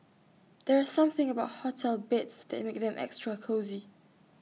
there's something about hotel beds that makes them extra cosy